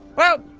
well,